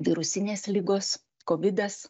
virusinės ligos kovidas